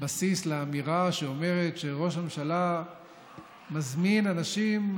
בסיס לאמירה שאומרת שראש הממשלה מזמין אנשים,